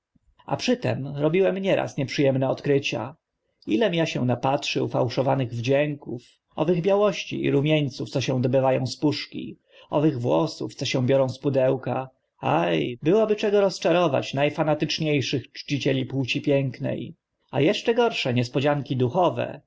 a przy tym robiłem nieraz nieprzy emne odkrycia ilem a się napatrzył fałszowanych wdzięków owych białości i rumieńców co się dobywa ą z puszki owych włosów co się biorą z pudełka a byłoby czego rozczarować na fanatycznie szych czcicieli płci piękne a eszcze gorsze niespodzianki duchowe